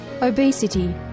Obesity